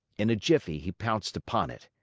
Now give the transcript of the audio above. in a jiffy he pounced upon it.